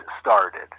started